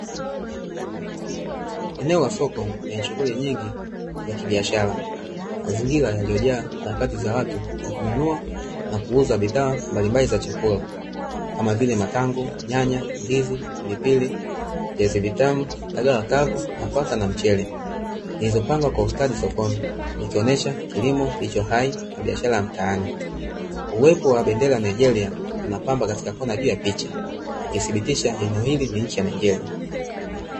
Eneo la soko lenye shughuli nyingi za kibiashara, mazingira yaliyo jaa harakati za watu wakinunua na kuuza bidhaa mbalimbali za chakula kama vile: matango, nyanya, ndizi, pilipili, viazi vitamu, dagaa wakavu, nafaka na mchele zilizopangwa kwa ustadi sokoni zikionyesha kilimo kilicho hai na biashara za mtaani. Uwepo wa bendera ya Nigeria unapamba katika kona juu ya picha, ikithibitisha eneo hili ni nchi ya Nigeria.